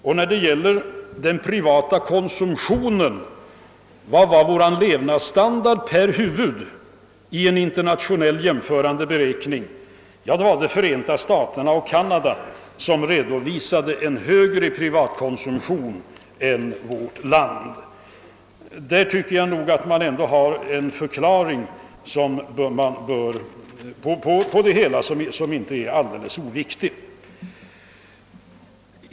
Vad beträffar den privata konsumtionen, dvs. levnadsstandarden per huvud enligt en internationell jämförande beräkning, redovisade endast Förenta staterna och Kanada en högre privatkonsumtion än vårt land. Dessa uppgifter ger en belysning som inte är alldeles oviktig i detta sammanhang.